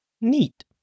Neat